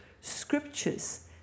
scriptures